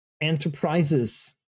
enterprises